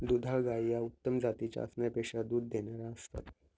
दुधाळ गायी या उत्तम जातीच्या असण्यापेक्षा दूध देणाऱ्या असतात